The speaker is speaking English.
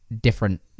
different